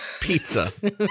pizza